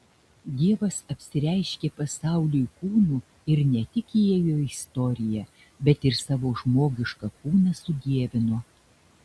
dievas apsireiškė pasauliui kūnu ir ne tik įėjo į istoriją bet ir savo žmogišką kūną sudievino